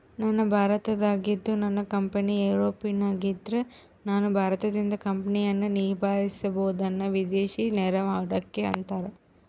ನಾನು ಭಾರತದಾಗಿದ್ದು ನನ್ನ ಕಂಪನಿ ಯೂರೋಪ್ನಗಿದ್ದ್ರ ನಾನು ಭಾರತದಿಂದ ಕಂಪನಿಯನ್ನ ನಿಭಾಹಿಸಬೊದನ್ನ ವಿದೇಶಿ ನೇರ ಹೂಡಿಕೆ ಅಂತಾರ